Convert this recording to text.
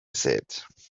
said